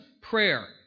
prayer